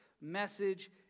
message